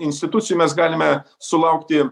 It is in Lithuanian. institucijų mes galime sulaukti